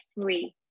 free